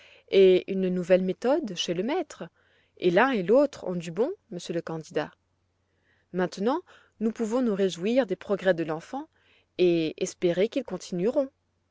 et une nouvelle méthode chez le maître et l'un et l'autre ont du bon monsieur le candidat maintenant nous pouvons nous réjouir des progrès de l'enfant et espérer qu'ils continueront